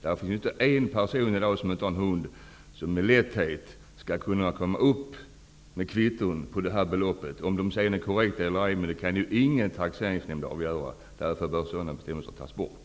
Det finns ju inte en person i dag, som har en hund, som inte med lätthet kan komma upp med kvitton på det här beloppet. Om de sedan är korrekta eller ej kan ju ingen taxeringsnämnd avgöra. Därför bör sådana bestämmelser tas bort.